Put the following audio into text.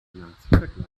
nazivergleiche